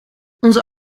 onze